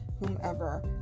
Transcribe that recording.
whomever